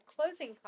closing